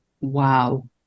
Wow